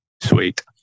Sweet